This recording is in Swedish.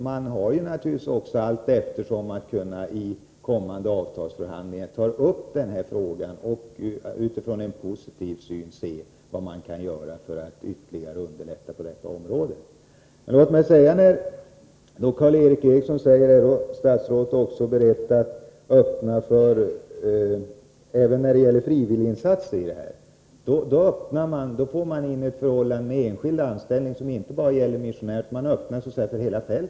Man kan naturligtvis i kommande avtalsförhandlingar ta upp den här frågan och från positiva utgångspunkter se vad man kan göra för att ytterligare förbättra på detta område. Karl Erik Eriksson frågar: Är statsrådet också beredd att öppna för frivilliginsatser? Om man gör så, får man in ett förhållande med enskild anställning som inte bara gäller missionärer, utan man öppnar så att säga hela fältet.